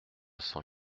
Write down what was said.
cent